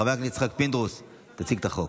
חבר הכנסת יצחק פינדרוס יציג את החוק.